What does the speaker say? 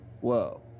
Whoa